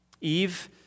Eve